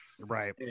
Right